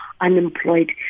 unemployed